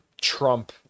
Trump